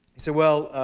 he said, well,